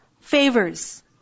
favors